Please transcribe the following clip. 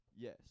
Yes